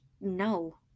no